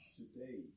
today